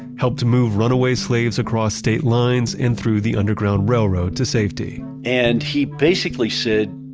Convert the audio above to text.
helped move runaway slaves across state lines and through the underground railroad to safety and he basically said,